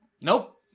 Nope